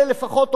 אין לנו ברירה,